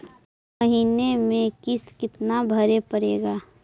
महीने में किस्त कितना भरें पड़ेगा?